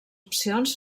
opcions